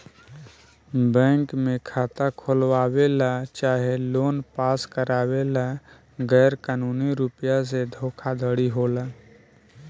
bank में खाता खोलवावे ला चाहे लोन पास करावे ला गैर कानूनी रुप से धोखाधड़ी होला